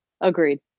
Agreed